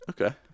Okay